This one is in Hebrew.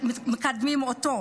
שמקדמים את החוק.